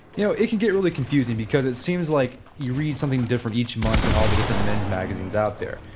you know it can get really confusing because it seems like you read something different each month in all the different men's magazines out there.